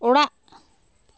ᱚᱲᱟᱜ